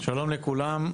שלום לכולם,